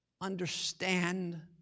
understand